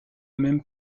même